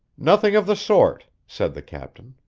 nothing of the sort, said the captain,